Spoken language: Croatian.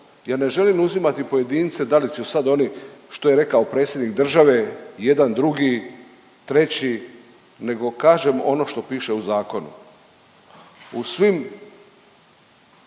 Ja ne želim uzimati pojedince da li su sad oni što je rekao predsjednik države jedan drugi, treći nego kažem ono što piše u zakonu. U svim